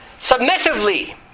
Submissively